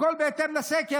הכול בהתאם לסקר.